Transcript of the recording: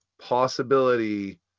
possibility